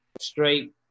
straight